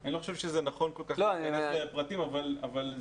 אני לא חושב שזה נכון כל כך להיכנס לפרטים אבל זאת